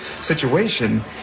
situation